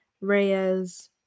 Reyes